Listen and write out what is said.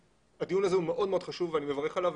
הדיון הזה הוא מאוד מאוד חשוב ואני מברך עליו,